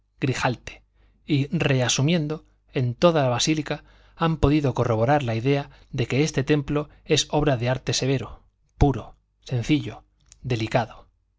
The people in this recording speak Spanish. un grijalte y reasumiendo en toda la santa basílica han podido corroborar la idea de que este templo es obra de arte severo puro sencillo delicado